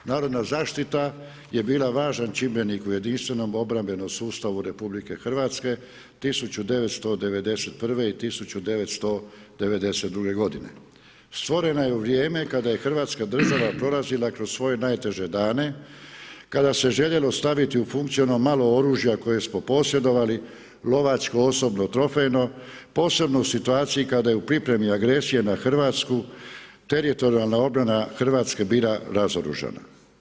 Narodna zaštita je bila važan čimbenik u jedinstvenom obrambenom sustavu RH 1991. i 1992. g. Stvorena je u vrijeme kada je Hrvatska država prolazila kroz svoj najteže dane, kada se je željelo staviti u funkciju ono malo oružja koje smo posjedovali, lovačko, osobno trofejno, posebno u situaciji kada je u pripremi agresiji na Hrvatsku, teritorijalan obrana na Hrvatsku je bila naoružana.